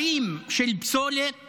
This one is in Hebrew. הרים של פסולת